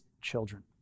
children